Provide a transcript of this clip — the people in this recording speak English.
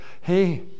hey